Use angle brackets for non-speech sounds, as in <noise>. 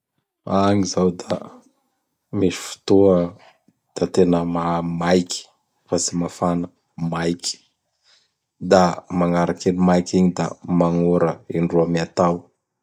<noise> <noise> Agny zao da <noise> misy ftoa da tena ma-maiky fa tsy mafana, maiky. Da magnaraky an maiky igny da magnora indroa miatao.